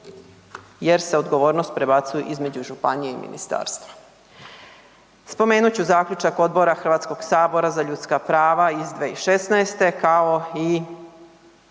jer se odgovornost prebacuje između županije i ministarstva. Spomenut ću zaključak Odbora HS-a za ljudska prava iz 2016. kao i